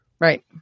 Right